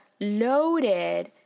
loaded